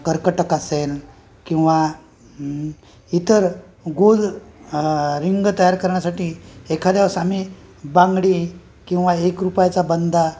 कर्कटक असेल किंवा इतर गोल रिंग तयार करण्यासाठी एखाद्यावेळेस आम्ही बांगडी किंवा एक रुपयाचा बंदा